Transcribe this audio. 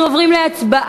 אנחנו עוברים להצבעה